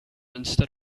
instead